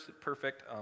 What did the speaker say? perfect